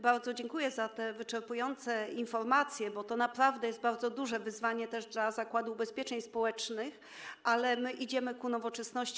Bardzo dziękuję za te wyczerpujące informacje, bo to naprawdę jest bardzo duże wyzwanie, też dla Zakładu Ubezpieczeń Społecznych, ale idziemy ku nowoczesności.